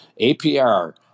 APR